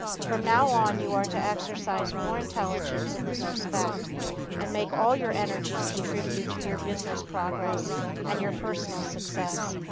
from now on you are to exercise more intelligence in this respect and make all your energies contribute to your business progress and your personal success.